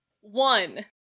one